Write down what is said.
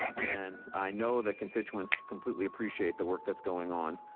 and i know that constituents completely appreciate the work that's going on.